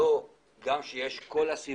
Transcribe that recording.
גם כשיש את כל הסימנים